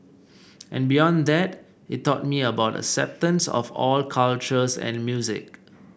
and beyond that it taught me about acceptance of all cultures and music